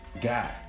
guy